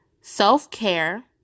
self-care